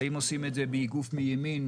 האם עושים את זה באיגוף מימין,